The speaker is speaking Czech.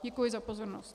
Děkuji za pozornost.